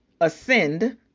Ascend